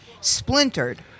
splintered